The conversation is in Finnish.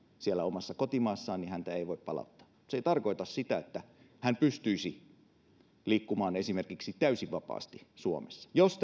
siellä omassa kotimaassaan häntä ei voi palauttaa se ei tarkoita sitä että hän pystyisi esimerkiksi liikkumaan täysin vapaasti suomessa jos